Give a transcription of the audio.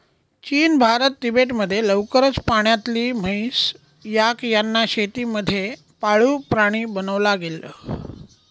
चीन, भारत, तिबेट मध्ये लवकरच पाण्यातली म्हैस, याक यांना शेती मध्ये पाळीव प्राणी बनवला गेल